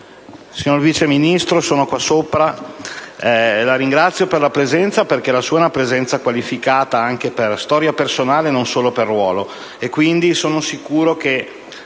signor Vice Ministro, la ringrazio per la presenza perché la sua è una presenza qualificata, anche per storia personale e non solo per ruolo;